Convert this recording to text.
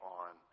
on